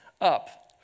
Up